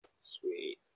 Sweet